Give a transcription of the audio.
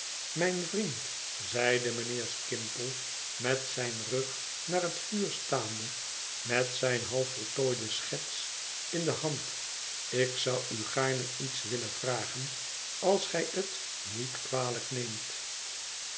mijn vriend zeide mijnheer skimpole met zijn rug naar het vuur staande met zijne half voltooide schets in de hand ik zou u gaarne iets willen vragen als gij het niet kwalijk neemt